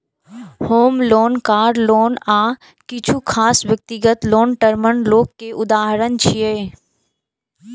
होम loan, car loan आ किछु खास व्यक्तिगत लोन टर्म लोन के उदाहरण छियै